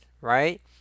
right